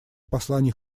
посланий